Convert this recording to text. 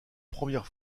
première